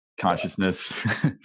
consciousness